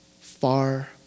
far